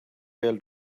bêl